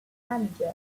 manager